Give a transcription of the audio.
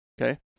Okay